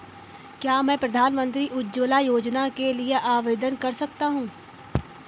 क्या मैं प्रधानमंत्री उज्ज्वला योजना के लिए आवेदन कर सकता हूँ?